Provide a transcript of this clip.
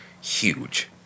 huge